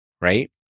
right